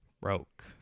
Broke